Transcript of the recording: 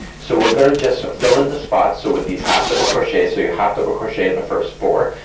so we're gonna just fill in the spots. so with these half double crochets, so you half double crochet in the first four.